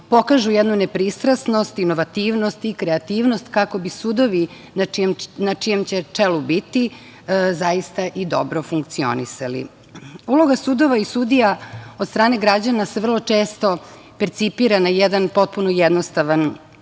pokažu jednu nepristrasnost, inovativnost i kreativnost, kako bi sudovi na čijem će čelu biti zaista i dobro funkcionisati. Uloga sudova i sudija od strane građana se vrlo često percipira na jedan potpuno jednostavan